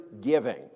giving